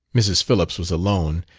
mrs. phillips was alone,